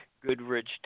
Goodrich